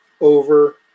over